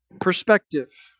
perspective